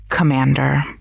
Commander